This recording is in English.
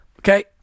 okay